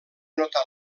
notar